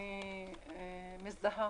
אני מזדהה